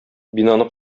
бинаны